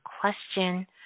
question